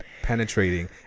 penetrating